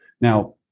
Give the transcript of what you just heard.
Now